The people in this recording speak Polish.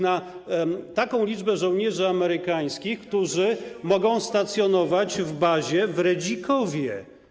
Na taką liczbę żołnierzy amerykańskich, którzy mogą stacjonować w bazie w Redzikowie.